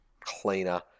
cleaner